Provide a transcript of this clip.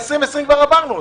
את שנת 2020 כבר עברנו.